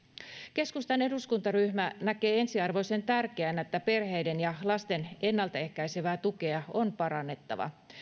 keskustan eduskuntaryhmä näkee ensiarvoisen tärkeänä että perheiden ja lasten ennalta ehkäisevää tukea on parannettava